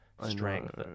strength